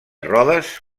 rodes